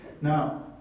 Now